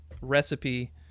recipe